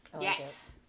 Yes